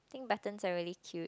think buttons are really cute